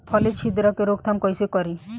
फली छिद्रक के रोकथाम कईसे करी?